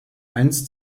einst